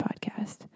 podcast